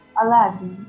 aladdin